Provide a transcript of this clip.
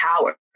power